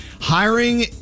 Hiring